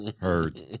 Heard